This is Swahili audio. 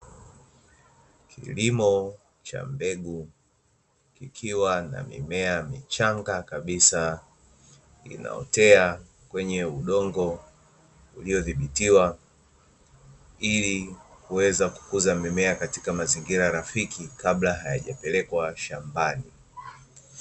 Kilimo cha mbegu kikiwa na mimea michanga kabisa inaotea kwenye udongo uliodhibitiwa ili kuweza kukuza mimea katika mazingira rafiki kabla hayajapelekwa shambani.